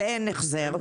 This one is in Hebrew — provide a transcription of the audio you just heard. שבה אין החזר,